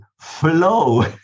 flow